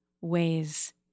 ways